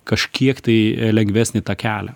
kažkiek tai lengvesnį tą kelią